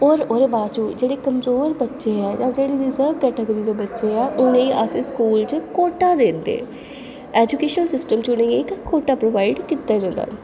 होर ओह्दे बाद जेह्ड़े कमजोर बच्चे ऐ जां जेह्ड़े रिजर्व कैटेगरी दे बच्चे ऐ उ'नेंगी अस स्कूल च कोटा देगे ऐजूकेशन सिस्टम च अस उ'नेंगी गी इक्क कोटा प्रोवाइड कीता जंदा ऐ